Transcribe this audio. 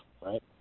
right